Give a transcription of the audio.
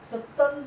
certain